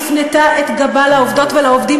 הפנתה את גבה לעובדות ולעובדים,